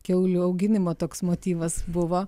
kiaulių auginimo toks motyvas buvo